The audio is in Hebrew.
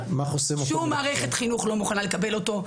שום מערכת חינוך לא מוכנה לקבל אותו,